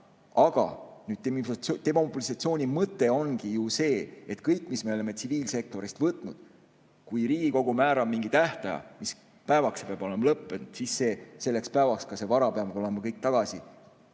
aga demobilisatsiooni mõte ongi ju see, et kõik, mis me oleme tsiviilsektorist võtnud, ja kui Riigikogu määrab mingi tähtaja, mis päevaks see peab olema lõppenud, siis selleks päevaks see vara peab olema kõik tagasi